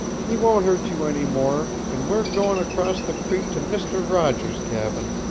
he won't hurt you any more, an' we're goin' across the creek to mister roger's cabin,